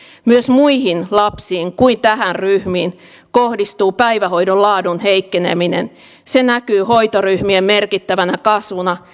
myös muihin lapsiin kuin tähän ryhmään kohdistuu päivähoidon laadun heikkeneminen se näkyy hoitoryhmien merkittävänä kasvuna